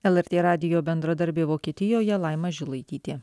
lrt radijo bendradarbė vokietijoje laima žilaitytė